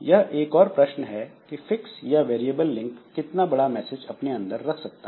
यह एक और प्रश्न है कि फिक्स या वेरिएबल लिंक कितना बड़ा मैसेज अपने अंदर रख सकता है